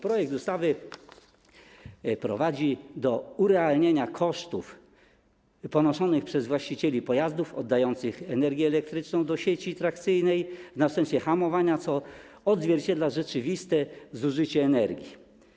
Projekt ustawy prowadzi do urealnienia kosztów ponoszonych przez właścicieli pojazdów oddających energię elektryczną do sieci trakcyjnej w następstwie ich hamowania, co odzwierciedla rzeczywiste zużycie energii.